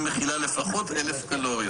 הדיון נסגר,